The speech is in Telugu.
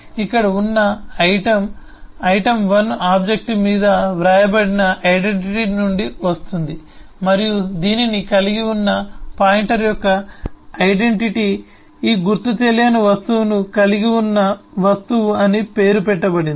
ఇక్కడ ఉన్న ఐటెమ్ ఐటెమ్ 1 ఆబ్జెక్ట్ మీద వ్రాయబడిన ఐడెంటిటీ నుండి వస్తోంది మరియు దీనిని కలిగి ఉన్న పాయింటర్ యొక్క ఐడెంటిటీ ఈ గుర్తుతెలియని వస్తువును కలిగి ఉన్న వస్తువు అని పేరు పెట్టబడింది